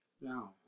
No